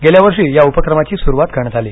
गेल्या वर्षी या उपक्रमाची सुरुवात करण्यात आली